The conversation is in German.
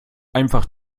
einfach